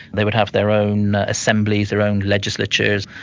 they would have their own assemblies, their own legislatures,